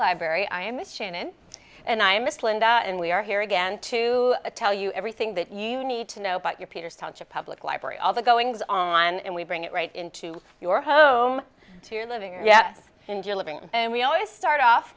library i am miss shannon and i miss linda and we are here again to tell you everything that you need to know about your peter's touch a public library all the goings on and we bring it right into your home to your living yes and your living and we always start off